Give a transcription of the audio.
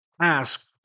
ask